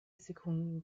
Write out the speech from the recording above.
sekunden